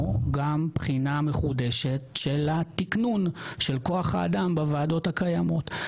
עימו גם בחינה מחודשת של כוח האדם בוועדות הקיימות.